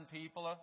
people